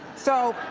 so